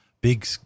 Big